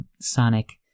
Sonic